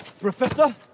Professor